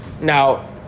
Now